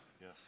Yes